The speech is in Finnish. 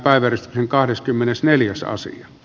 asian käsittely keskeytetään